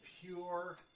pure